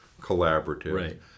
collaborative